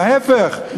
להפך,